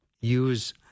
use